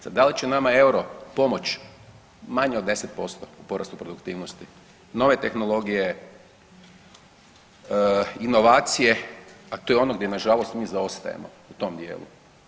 Sad da li će nama euro pomoći manje od 10% u porastu produktivnosti, nove tehnologije, inovacije a to je ono gdje mi na žalost mi zaostajemo u tom dijelu.